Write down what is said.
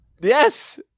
Yes